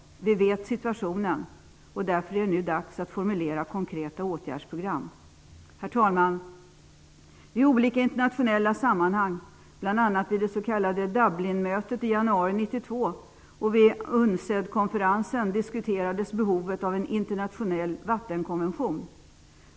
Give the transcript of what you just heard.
Vi känner till situationen. Därför är det nu dags att formulera konkreta åtgärdsprogram! Herr talman! I olika internationella sammanhang, bl.a. vid det s.k. Dublinmötet i januari 1992 och vid UNCED-konferensen, diskuterades behovet av en internationell vattenkonvention.